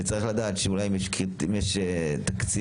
וצריך לדעת שאם יש תקציב,